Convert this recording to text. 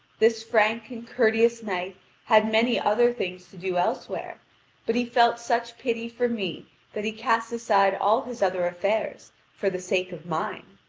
this frank and courteous knight had many other things to do elsewhere but he felt such pity for me that he cast aside all his other affairs for the sake of mine.